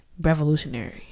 Revolutionary